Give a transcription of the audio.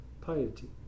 piety